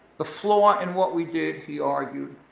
the flaw in what we did, he argued,